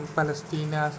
Palestina